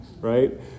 right